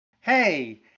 hey